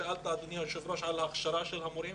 שאלת אדוני היושב ראש על ההכשרה של המורים.